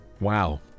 Wow